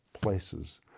places